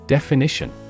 Definition